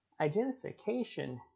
Identification